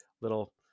little